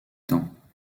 temps